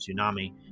tsunami